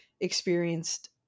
experienced